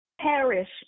perish